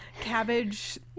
cabbage